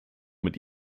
mit